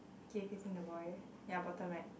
k can see the boy ya bottom right